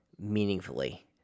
meaningfully